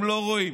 הם לא רואים.